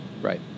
Right